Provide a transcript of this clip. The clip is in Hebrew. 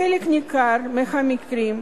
בחלק ניכר מהמקרים,